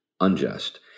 unjust